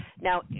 Now